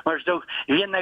maždaug vieną